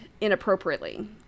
inappropriately